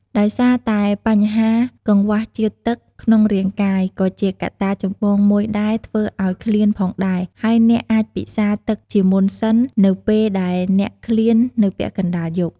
ដោយសារតែបញ្ហាកង្វះជាតិទឹកក្នុងរាង្គកាយក៏ជាកត្តាចម្បងមួយដែលធ្វើឲ្យឃ្លានផងដែរ ហើយអ្នកអាចពិសារទឹកជាមុនសិននៅពេលដែលអ្នកឃ្លាននៅពាក់កណ្តាលយប់។